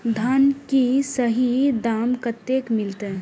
धान की सही दाम कते मिलते?